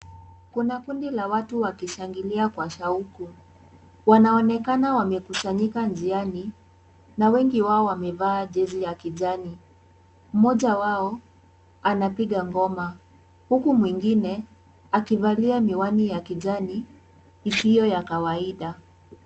Kuna kundi la watu wakishangilia kwa shauku. Wanaonekana wamekusanyika njiani na wengi wao wamevaa jezi ya kijani. Mmoja wao anapiga ngoma huku mwingine akivalia miwani ya kijani isiyo ya kawaida.